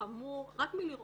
חמור רק מלראות,